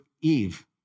Eve